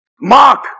Mark